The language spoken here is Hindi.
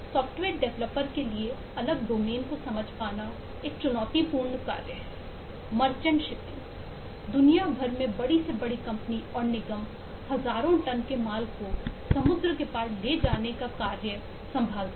सॉफ्टवेयर डेवलपर दुनिया भर में बड़ी से बड़ी कंपनी और निगम हजारों टन के माल को समुद्र के पार ले जाने का कार्य संभालती हैं